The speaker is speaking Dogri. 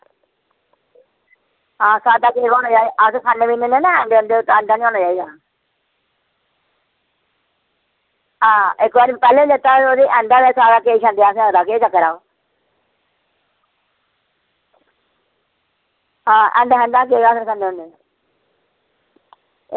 ते साद्दा होना चाहिदा ते अस खंदे निं ना न ते ओह्दे ई अंडा निं होना चाहिदा ते इक्क बारी पैह्लें बी लैता हा ते ओह्दे ई अंडा हा ते असें पूरा केक छंडेआ ओह् आं अंडे आह्ला केक अस निं खन्ने होन्ने